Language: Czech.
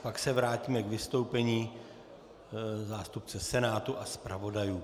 Pak se vrátíme k vystoupení zástupce Senátu a zpravodajů.